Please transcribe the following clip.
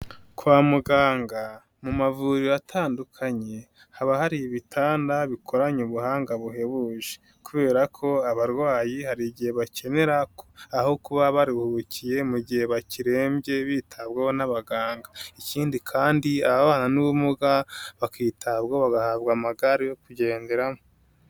Kwa muganga mu mavuriro atandukanye, haba hari ibitanda bikoranye ubuhanga buhebuje kubera ko abarwayi hari igihe bakenera aho kuba bariruhukiye mu gihe bakirembye bitabwaho n'abaganga, ikindi kandi ababana n'ubumuga bakitabwaho, bagahabwa amagare yo kugenderamo.